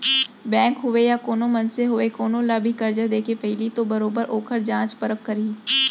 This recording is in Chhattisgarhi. बेंक होवय या कोनो मनसे होवय कोनो ल भी करजा देके पहिली तो बरोबर ओखर जाँच परख करही